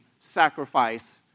sacrifice